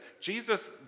Jesus